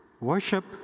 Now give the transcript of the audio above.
worship